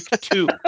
two